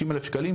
50 אלף שקלים,